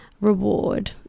reward